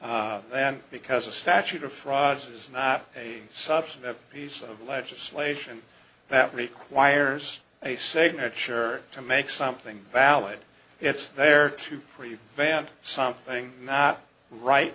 m then because a statute of frauds is not a substantive piece of legislation that requires a signature to make something valid it's there to prevent something not right